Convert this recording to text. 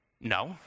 no